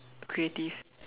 creative